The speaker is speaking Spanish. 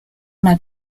una